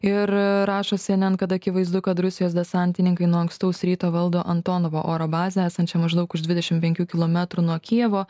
ir rašo cnn kad akivaizdu kad rusijos desantininkai nuo ankstaus ryto valdo antonovo oro bazę čia maždaug už dvidešim penkių kilometrų nuo kijevo